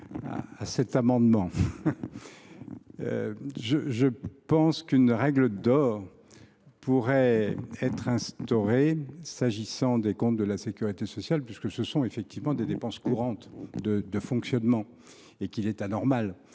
à cet amendement : je pense qu’une règle d’or pourrait être instaurée pour les comptes de la sécurité sociale, puisque ce sont effectivement des dépenses courantes, de fonctionnement, et qu’il est anormal